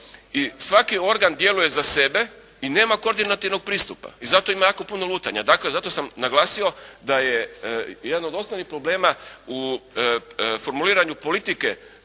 i svaki organ djeluje za sebe i nema koordinativnog pristupa. I zato ima jako puno lutanja. Dakle, zato sam naglasio da je jedan od osnovnih problema u formuliranju politike